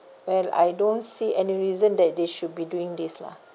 well I don't see any reason that they should be doing this lah